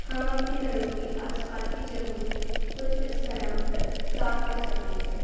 ہم اپنے گھروں کے آس پاس کی جگہوں کو کچھ اس طرح صاف کر سکتے ہیں